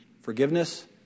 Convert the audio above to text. forgiveness